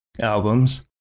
albums